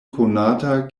konata